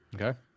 Okay